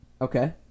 Okay